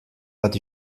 bat